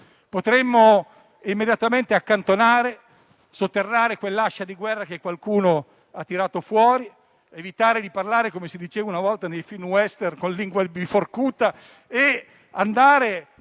immediatamente e sotterrare quell'ascia di guerra che qualcuno ha tirato fuori, evitare di parlare - come si diceva una volta nei film western - con lingua biforcuta e andare al